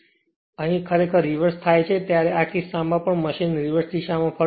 તેથી અહીં ખરેખર રીવર્સ થાય છે ત્યારે આ કિસ્સામાં પણ મશીન રીવર્સ દિશામાં ફરશે